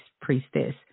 priestess